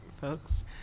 folks